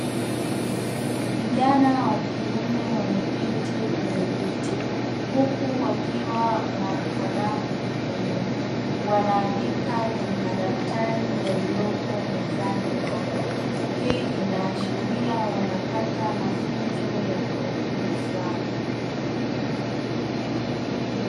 Vijana wa kiume wameketi kwenye viti huku wakiwa na kalamu mkononi, wanaandika kwenye madaftari yaliyopo mezani hapo. Hii inaashiria wanapata mafunzo ya elimu fulani.